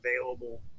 available